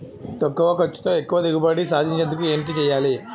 తక్కువ ఖర్చుతో ఎక్కువ దిగుబడి సాధించేందుకు ఏంటి చేయాలి?